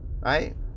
Right